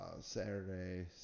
Saturday